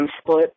split